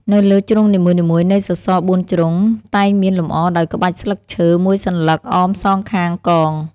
នៅលើជ្រុងនីមួយៗនៃសសរ ៤ ជ្រុង តែងមានលម្អដោយក្បាច់ស្លឹកឈើមួយសន្លឹក អមសងខាងកង។